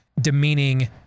demeaning